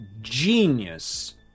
genius